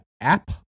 app